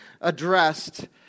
addressed